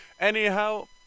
Anyhow